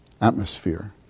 atmosphere